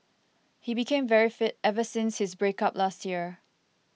he became very fit ever since his break up last year